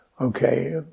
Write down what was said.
okay